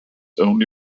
only